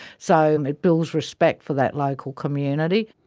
so um it builds respect for that local community.